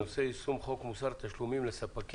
הנושא הוא: יישום חוק מוסר תשלומים לספקים.